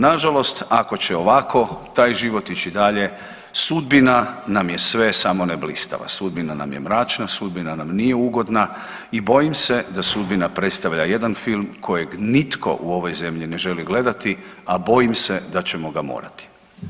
Nažalost ako će ovako taj život ići dalje sudbina nam je sve samo ne blistava, sudbina nam je mračna, sudbina nam nije u godina i bojim se da sudbina predstavlja jedan film kojeg nitko u ovoj zemlji ne želi gledati, a bojim se da ćemo ga morati.